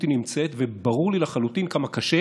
היא נמצאת וברור לי לחלוטין כמה קשה